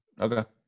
Okay